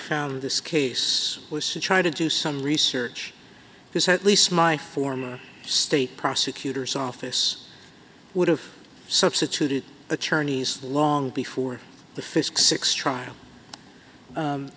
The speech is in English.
found this case was situated do some research because at least my former state prosecutor's office would have substituted attorneys long before the fisk six trial